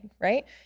right